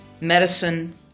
medicine